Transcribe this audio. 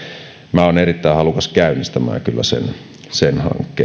minä olen erittäin halukas kyllä käynnistämään sen hankkeen